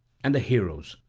and the heroes,